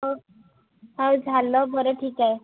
हो हो झालं बरं ठीक आहे